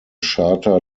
charta